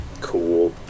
Cool